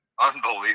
Unbelievable